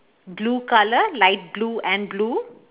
blue colour light blue and blue